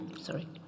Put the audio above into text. sorry